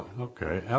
okay